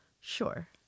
Sure